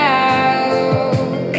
out